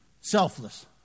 Selfless